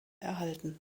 erhalten